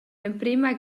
l’emprema